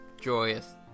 joyous